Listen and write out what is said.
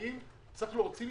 אני לא יודע כמה,